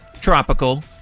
tropical